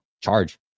charge